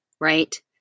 right